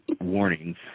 warnings